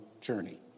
journey